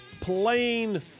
plain